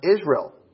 Israel